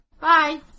Bye